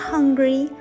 Hungry